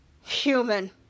Human